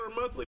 monthly